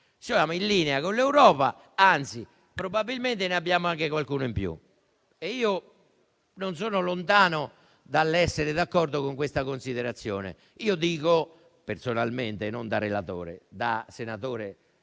siamo in linea con l'Europa ed anzi probabilmente ne abbiamo anche qualcuno in più. Io non sono lontano dall'essere d'accordo con questa considerazione. Personalmente, non da relatore, ma da senatore